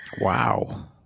Wow